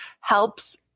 helps